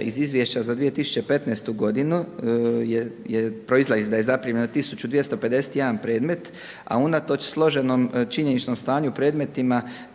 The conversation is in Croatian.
Iz Izvješća za 2015. godinu proizlazi da je zaprimljeno tisuću 251 predmet, a unatoč složenom činjeničnom stanju u predmetima